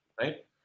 Right